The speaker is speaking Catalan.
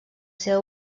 seva